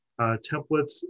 templates